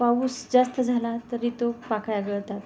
पाऊस जास्त झाला तरी तो पाकळ्या गळतात